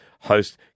host